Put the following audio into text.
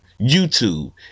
YouTube